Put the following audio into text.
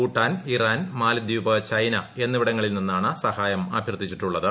Bhutan Iran മാലദ്വീപ് China എന്നിവിടങ്ങളിൽ നിന്നാണ് സഹായമഭ്യർത്ഥിച്ചത്